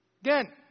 Again